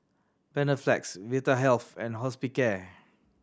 Panaflex Vitahealth and Hospicare